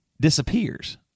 disappears